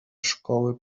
szkoły